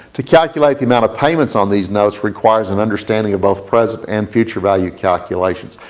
to calculate the amount of payments on these notes requires an understanding of both present and future value calculations.